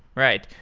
right.